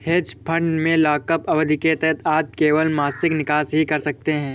hedge fund में lockup अवधि के तहत आप केवल मासिक निकासी ही कर सकते हैं